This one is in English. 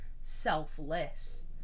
selfless